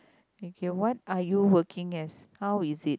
okay what are you working as how is it